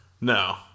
No